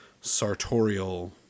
sartorial